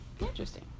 Interesting